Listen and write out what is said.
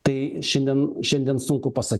tai šiandien šiandien sunku pasakyti